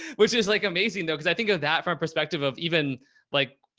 which is like amazing though. cause i think of that from a perspective of even like, you